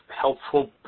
helpful